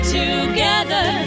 together